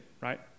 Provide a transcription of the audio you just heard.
right